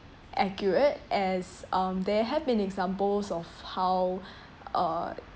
accurate as um there have been examples of how uh